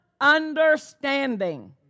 understanding